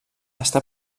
està